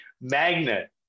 magnet